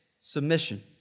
submission